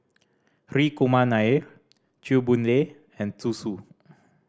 Hri Kumar Nair Chew Boon Lay and Zhu Xu